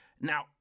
now